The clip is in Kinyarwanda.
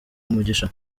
umugisha